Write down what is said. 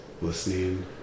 listening